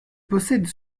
possède